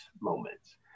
moments